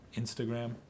Instagram